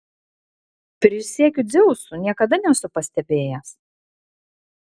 prisiekiu dzeusu niekada nesu pastebėjęs